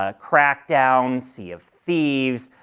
ah crackdown, sea of thieves,